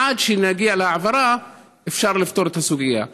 עד שנגיע להעברה אפשר לפתור את הסוגיה.